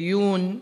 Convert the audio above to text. הדיון,